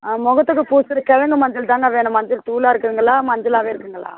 ஆ முகத்துக்கு பூசுர கிழங்கு மஞ்சள் தாங்க வேணும் மஞ்சள் தூளாக இருக்குதுங்களா மஞ்சளாகவே இருக்குதுங்களா